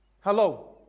Hello